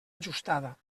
ajustada